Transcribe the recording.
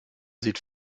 sieht